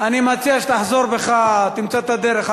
מציע שתחזור בך, תמצא את הדרך.